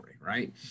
right